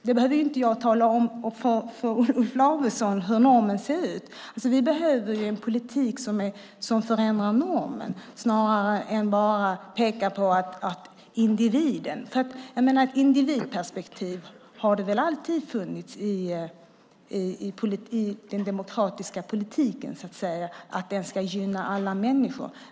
Det behöver jag väl inte upplysa Olof Lavesson om? Vi behöver en politik som förändrar normen och inte bara pekar på individen. Ett individperspektiv har det väl alltid funnits i den demokratiska politiken, det vill säga att den ska gynna alla människor?